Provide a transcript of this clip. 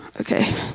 okay